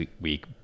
week